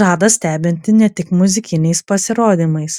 žada stebinti ne tik muzikiniais pasirodymais